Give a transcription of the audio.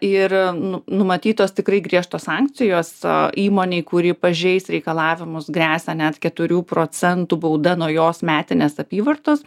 ir nu numatytos tikrai griežtos sankcijos įmonei kuri pažeis reikalavimus gresia net keturių procentų bauda nuo jos metinės apyvartos